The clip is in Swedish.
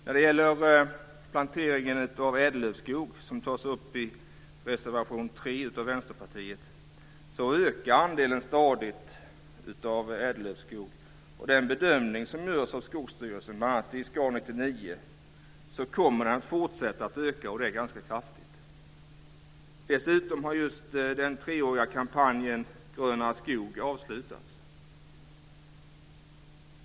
När det gäller plantering av ädellövskog, som tas upp i reservation 3 från Vänsterpartiet, ökar andelen lövskog stadigt, och enligt den bedömning som görs av Skogsstyrelsen i SKA99 kommer den att fortsätta att öka, och det ganska kraftigt. Dessutom har just den treåriga kampanjen Grönare skog avslutats.